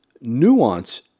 Nuance